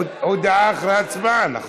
הודעה אחרי הצבעה, נכון?